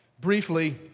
Briefly